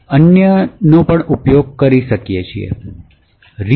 અન્ય પણ ઉપયોગ કરી શકીએ છીએ